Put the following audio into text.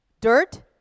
dirt